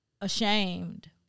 ashamed